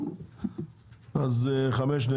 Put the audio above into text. אחד.